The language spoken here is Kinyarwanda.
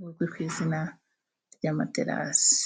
buzwi ku izina ry'amaterasi.